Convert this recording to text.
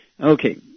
Okay